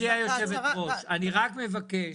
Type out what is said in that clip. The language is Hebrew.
גברתי יושבת הראש, אני רק מבקש,